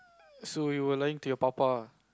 so you were lying to your papa ah